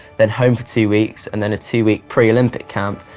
then home for two weeks, and then a two-week pre-olympic camp.